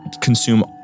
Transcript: consume